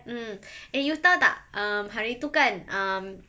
mm eh you tahu tak hari tu kan um